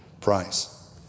price